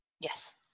Yes